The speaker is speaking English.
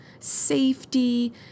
Safety